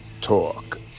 talk